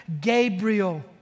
Gabriel